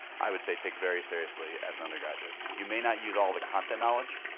i would say, take very seriously as an undergraduate. you may not use all the content knowledge,